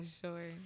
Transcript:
sure